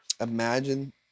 Imagine